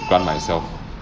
grant myself